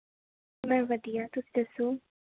ਮੈਂ ਵਧੀਆ ਤੁਸੀਂ ਦੱਸੋ